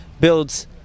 builds